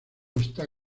está